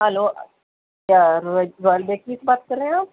hello کیا Royal Bakery سے بات کر رہے ہیں آپ